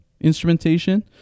instrumentation